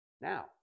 Now